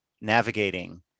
navigating